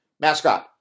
Mascot